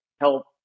help